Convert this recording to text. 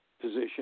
Position